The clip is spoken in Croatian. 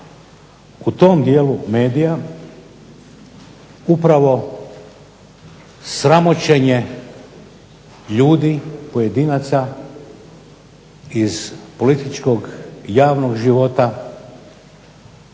u tom dijelu medija upravo sramoćenje ljudi, pojedinaca iz političkog i javnog života